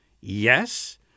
Yes